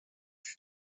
توش